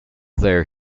there